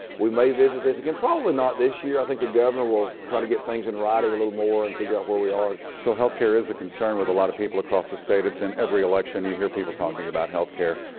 we may visit this again. probably not this year. i think the governor will try to get things in writing a little more and figure out where we are. so, healthcare is a concern with a lot of people across the state. it's in every election. you hear people talking about healthcare.